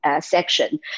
section